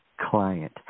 client